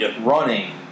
running